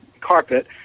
carpet